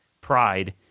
pride